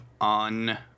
on